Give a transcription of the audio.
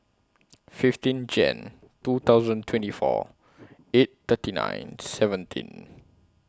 fifteen Jane two thousand twenty four eight thirty nine seventeen